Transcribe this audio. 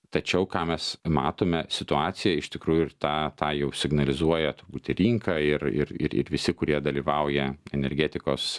tačiau ką mes matome situacija iš tikrųjų ir tą tą jau signalizuoja turbūt ir rinka ir ir ir ir visi kurie dalyvauja energetikos